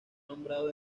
nombrado